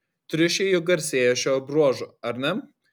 triušiai juk garsėja šiuo bruožu ar ne